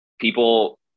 people